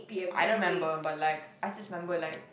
I don't member but like I just remember like